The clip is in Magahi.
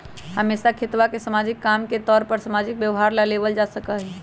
हमेशा खेतवा के सामाजिक काम के तौर पर सामाजिक व्यवहार ला लेवल जा सका हई